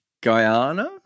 Guyana